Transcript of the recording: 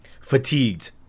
fatigued